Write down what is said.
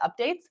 updates